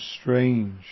strange